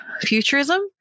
Futurism